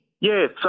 Yes